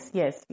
yes